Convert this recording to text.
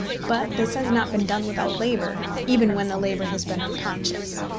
but this has not been done without labour, even when the labour has been unconscious.